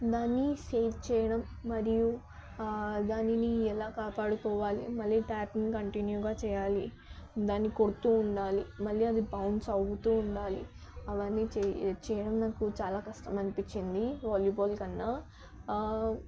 దాన్ని సేవ్ చేయడం మరియు దానిని ఎలా కాపాడుకోవాలి మరియు ట్యాపింగ్ కంటిన్యూగా చేయాలి దాన్ని కొడుతు ఉండాలి మళ్ళీ అది బౌన్స్ అవుతు ఉండాలి అవన్నీ చేయ చేయడం నాకు చాలా కష్టం అనిపించింది వాలీబాల్ కన్నా